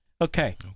okay